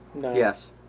Yes